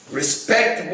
respect